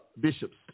bishops